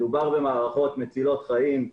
מדובר במערכות מצילות חיים.